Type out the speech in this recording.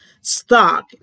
stock